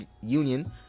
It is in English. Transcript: Union